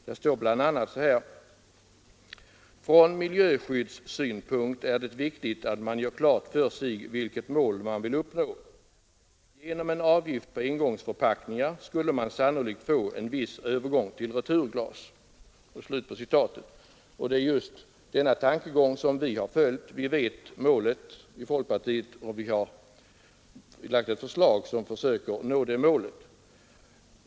Där sägs bl.a.: ”Från miljöskyddssynpunkt är det viktigt att man gör klart för sig vilket mål man vill uppnå. Genom en avgift på engångsförpackningar skulle man sannolikt få en viss övergång till returglas.” Det är just denna tankegång som vi har följt. Vi har målet klart för oss, och vi har lagt ett förslag som skulle föra fram till det målet.